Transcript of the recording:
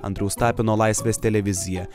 andriaus tapino laisvės televizija